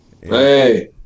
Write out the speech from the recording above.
hey